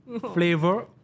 flavor